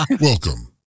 Welcome